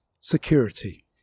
Security